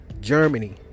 Germany